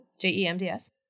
J-E-M-D-S